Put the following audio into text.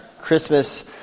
Christmas